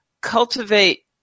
cultivate